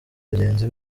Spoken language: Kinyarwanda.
bagenzi